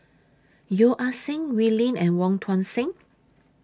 Yeo Ah Seng Wee Lin and Wong Tuang Seng